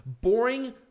boring